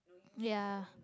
ya